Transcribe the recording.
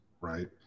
right